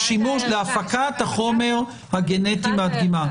להפקת החומר הגנטי מהדגימה.